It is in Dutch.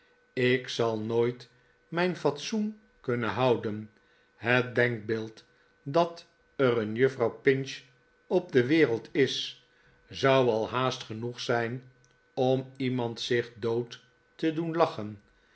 ik zal nooit mijn fatsoen kunnen houden het denkbeeld dat er een juffrouw pinch op de wereld is zou al haast genoeg zijn om iemand zich dood te doen lachen